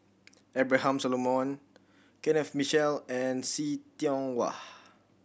Abraham Solomon Kenneth Mitchell and See Tiong Wah